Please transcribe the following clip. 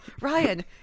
Ryan